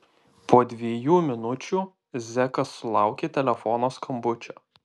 po dviejų minučių zekas sulaukė telefono skambučio